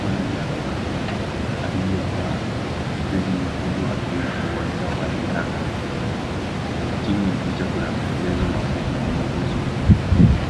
Mwanariadha wa Kenya akiyevaa jezi nyekundu akiwa uwanja wa riadha. Chini ya picha kuna maelezo mafupi kumhusu